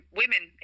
women